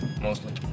mostly